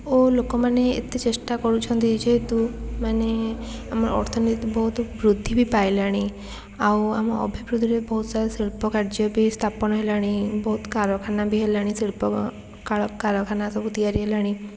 ଓ ଲୋକମାନେ ଏତେ ଚେଷ୍ଟା କରୁଛନ୍ତି ଯେହେତୁ ମାନେ ଅର୍ଥନୀତି ବହୁ ବୃଦ୍ଧି ପାଇଲାଣି ଆଉ ଆମ ଅଭିବୃଦ୍ଧିର ବହୁତ ସାରା ଶିଳ୍ପ କାର୍ଯ୍ୟ ସ୍ଥାପନ ହେଲାଣି ବହୁତ କାରଖାନା ବି ହେଲାଣି ଶିଳ୍ପ କାଳ କାଳଖାନା ସବୁ ତିଆରି ହେଲାଣି